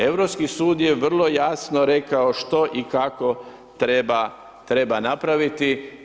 Europski sud je vrlo jasno rekao što i kako treba napraviti.